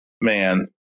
man